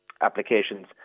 applications